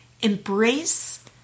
Embrace